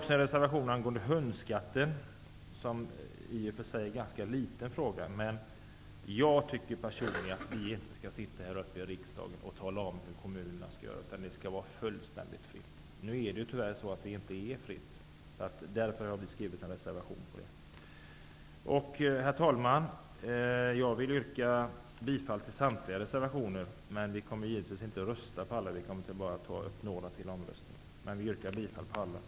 Vår reservation om hundskatten är i och för sig en ganska liten fråga. Men personligen tycker jag att vi här i riksdagen inte skall sitta och tala om hur kommunerna skall göra. Det skall vara fullständigt fritt för kommunerna att själva bestämma. Nu är det tyvärr inte fritt för kommunerna att göra så, därför har jag skrivit en reservation om det. Herr talman! Jag yrkar bifall till samtliga våra reservationer. Men Ny demokrati kommer inte att begära omröstning annat än för några av våra reservationer.